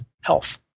health